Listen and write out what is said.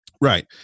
right